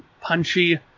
punchy